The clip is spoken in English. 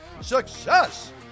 Success